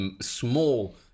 small